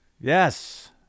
Yes